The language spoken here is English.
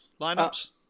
Lineups